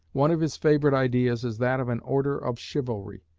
one of his favourite ideas is that of an order of chivalry,